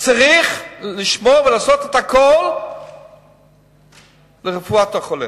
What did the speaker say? צריך לשמור, לעשות את הכול לרפואת החולה.